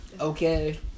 okay